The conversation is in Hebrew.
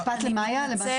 אפשר להתייחס למאיה במשפט?